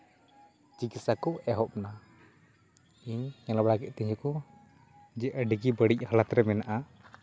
ᱪᱤᱠᱤᱛᱥᱟ ᱠᱚ ᱮᱦᱚᱵ ᱱᱟ ᱤᱧ ᱧᱮᱞ ᱵᱟᱲᱟ ᱠᱮᱫ ᱛᱤᱧᱟᱹᱠᱚ ᱡᱮ ᱟᱹᱰᱤ ᱜᱮ ᱵᱟᱹᱲᱤᱡ ᱦᱟᱞᱚᱛ ᱨᱮ ᱢᱮᱱᱟᱜᱼᱟ